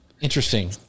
interesting